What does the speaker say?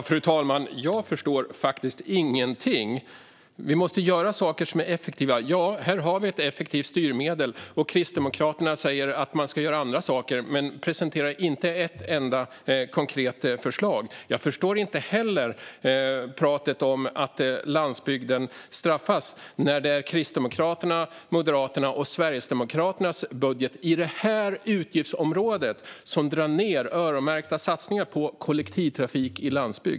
Fru talman! Jag förstår faktiskt ingenting. Vi måste göra saker som är effektiva. Ja, här har vi ett effektivt styrmedel, och Kristdemokraterna säger att man ska göra andra saker men presenterar inte ett enda konkret förslag. Jag förstår inte heller talet om att landsbygden straffas när det är Kristdemokraterna, Moderaterna och Sverigedemokraterna som i sin budget under detta utgiftsområde drar ned öronmärkta satsningar på kollektivtrafik i landsbygd.